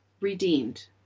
redeemed